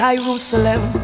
Jerusalem